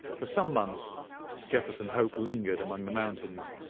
for some months jefferson hope lingered among the mountains,